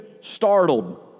startled